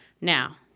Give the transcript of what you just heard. Now